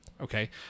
Okay